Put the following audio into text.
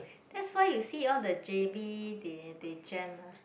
that's why you see all the j_b they they jam ah